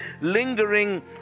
lingering